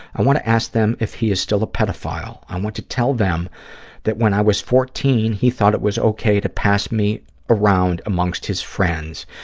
i want to ask them if he is still a pedophile. i want to tell them that when i was fourteen he thought it was okay to pass me around amongst his friends,